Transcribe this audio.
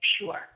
Sure